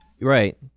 Right